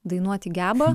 dainuoti geba